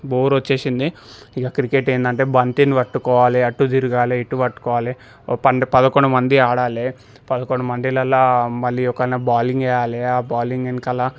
bore వచ్చేసింది ఇక cricket ఏంటంటే బంతిని పట్టుకోవాలి అటు తిరగాలె ఇటు పట్టుకోవాలి ఓ పండు పదకొండు మంది ఆడాలే పదకొండు మందిలల్లా మళ్ళీ ఒకరిని బాలింగ్ వేయాలి బాలింగ్ వెనకాల